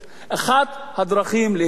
אחת הדרכים להתמודד,